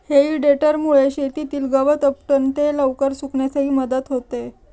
हेई टेडरमुळे शेतातील गवत उपटून ते लवकर सुकण्यासही मदत होते